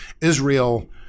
Israel